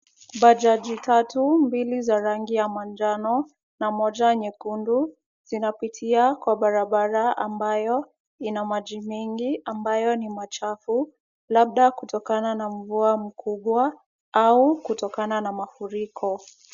Bajaji tatu, mbili za rangi ya manjano na moja nyekundu, zinapitia kwa barabara ambayo ina maji mengi ambayo ni machafu, labda kutokana na mvua mkubwa au kutokana na mafuriko.